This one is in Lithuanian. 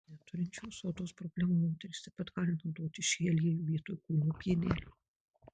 neturinčios odos problemų moterys taip pat gali naudoti šį aliejų vietoj kūno pienelio